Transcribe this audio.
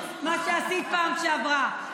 מה שעשית בפעם שעברה.